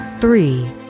three